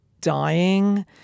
dying